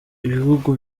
ibihugu